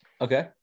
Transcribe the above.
okay